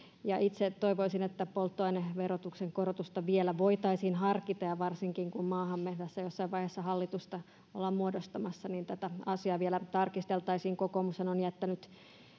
itse toivoisin että polttoaineverotuksen korotusta vielä voitaisiin harkita ja varsinkin kun maahamme tässä jossain vaiheessa hallitusta ollaan muodostamassa niin tätä asiaa vielä tarkisteltaisiin kokoomushan on jättänyt